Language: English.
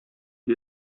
who